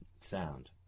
sound